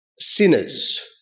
Sinners